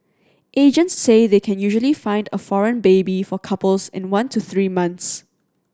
agents say they can usually find a foreign baby for couples in one to three months